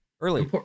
early